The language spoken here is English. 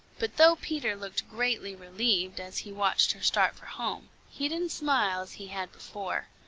but though peter looked greatly relieved as he watched her start for home, he didn't smile as he had before.